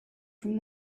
from